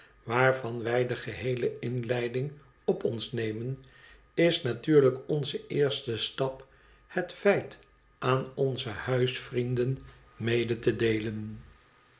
waarvan wij de geheele inleiding op ons nemen is natuurlijk onze eerste stap het feit aan onze huisvrienden mede te deelen